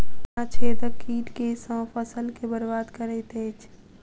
तना छेदक कीट केँ सँ फसल केँ बरबाद करैत अछि?